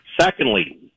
Secondly